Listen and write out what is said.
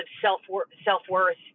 self-worth